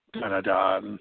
da-da-da